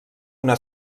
una